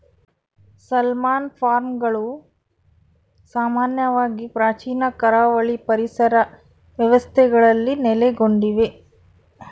salmon ಫಾರ್ಮ್ಗಳು ಸಾಮಾನ್ಯವಾಗಿ ಪ್ರಾಚೀನ ಕರಾವಳಿ ಪರಿಸರ ವ್ಯವಸ್ಥೆಗಳಲ್ಲಿ ನೆಲೆಗೊಂಡಿವೆ